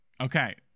okay